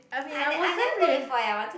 I ne~ I never go before eh I want